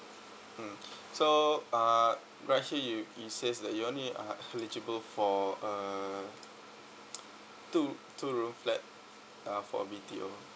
mm so uh right here you it says that you only uh eligible for a two two room flat uh for B_T_O